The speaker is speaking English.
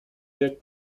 the